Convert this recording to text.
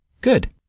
Good